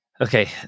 Okay